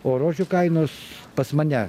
o rožių kainos pas mane